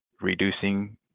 reducing